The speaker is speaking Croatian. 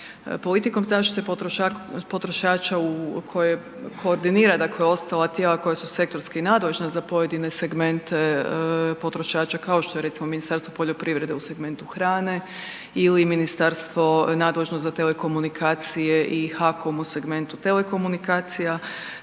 politikom zaštite potrošača, koje koordinira dakle ostala tijela koja su sektorski nadležna za pojedine segmente potrošača kao što je recimo Ministarstvo poljoprivrede u segmentu hrane ili ministarstvo nadležno za telekomunikacije i HAKOM u segmentu telekomunikacija,